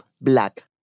black